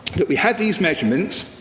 that we had these measurements,